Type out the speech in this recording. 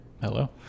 Hello